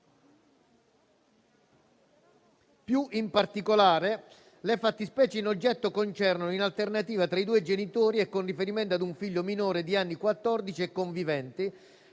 In particolare, le fattispecie in oggetto concernono, in alternativa tra i due genitori e con riferimento a un figlio minore di anni quattordici e convivente,